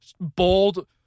bold